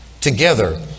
together